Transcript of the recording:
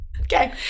okay